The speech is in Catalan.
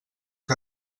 que